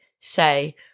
say